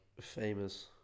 famous